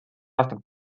aastat